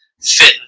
fit